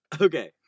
Okay